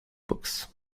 books